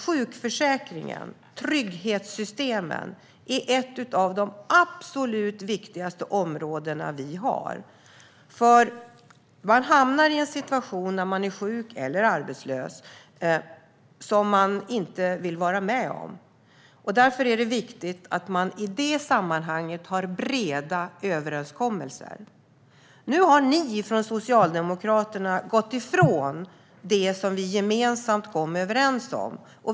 Sjukförsäkringen och trygghetssystemen hör till de absolut viktigaste områdena vi har. När man blir sjuk eller arbetslös hamnar man nämligen i en situation som man inte vill vara med om. Därför är det viktigt att man i det sammanhanget har breda överenskommelser. Nu har Socialdemokraterna gått ifrån det som vi gemensamt kom överens om.